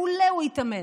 מעולה, הוא התאמן.